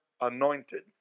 anointed